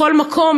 ובכל מקום,